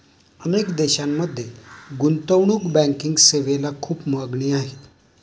अनेक देशांमध्ये गुंतवणूक बँकिंग सेवेला खूप मागणी आहे